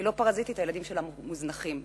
היא לא פרזיטית, אבל הילדים שלה מוזנחים.